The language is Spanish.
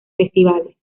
festivales